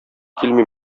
килми